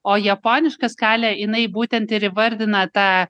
o japoniška skalė jinai būtent ir įvardina tą